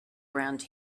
around